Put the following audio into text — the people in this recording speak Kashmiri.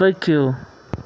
پٔکِو